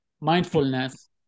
mindfulness